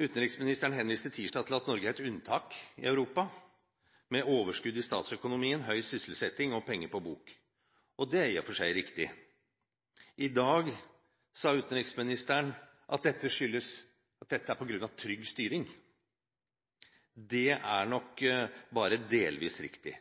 Utenriksministeren henviste tirsdag til at Norge er et unntak i Europa, med overskudd i statsøkonomien, høy sysselsetting og penger på bok. Det er i og for seg riktig. I dag sa utenriksministeren at dette er på grunn av trygg styring. Det er nok bare delvis riktig.